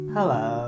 Hello